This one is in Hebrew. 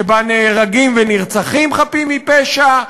שבה נהרגים ונרצחים חפים מפשע.